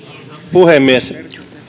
puhemies